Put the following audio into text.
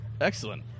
Excellent